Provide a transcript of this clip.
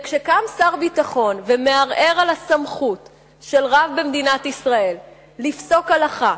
כשקם שר הביטחון ומערער על הסמכות של רב במדינת ישראל לפסוק הלכה,